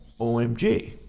OMG